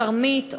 תרמית,